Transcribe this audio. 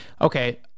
okay